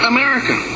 America